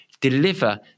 deliver